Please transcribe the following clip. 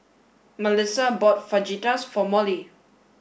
Malissa bought Fajitas for Mollie